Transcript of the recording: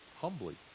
humbly